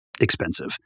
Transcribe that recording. expensive